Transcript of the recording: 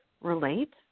relate